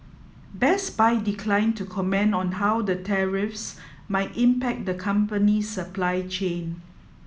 Best Buy declined to comment on how the tariffs might impact the company's supply chain